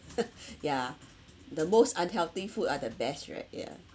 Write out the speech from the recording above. ya the most unhealthy food are the best right ya